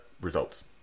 results